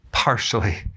partially